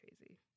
crazy